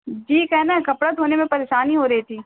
جی کہنا ہے کپڑا دھونے میں پریشانی ہو رہی تھی